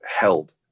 held